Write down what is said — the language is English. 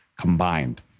combined